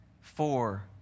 Four